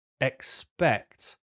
expect